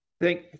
Thank